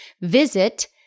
Visit